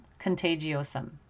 contagiosum